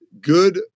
good